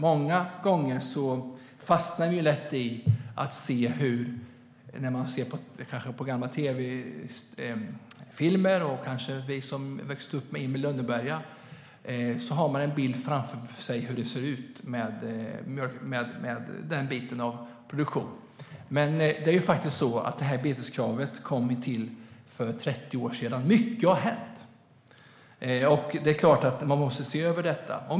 Många gånger fastnar vi i hur det var förr genom att vi kanske ser på gamla tv-filmer. Vi som växte upp med Emil i Lönneberga har framför oss en bild av hur det ser ut med den delen av produktionen. Men beteskravet kom till för 30 år sedan, och mycket har hänt. Det är klart att det måste ses över.